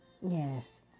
Yes